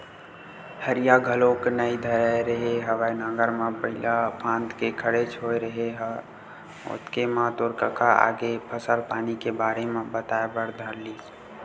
हरिया घलोक नइ धरे रेहे हँव नांगर म बइला फांद के खड़ेच होय रेहे हँव ओतके म तोर कका आगे फसल पानी के बारे म बताए बर धर लिस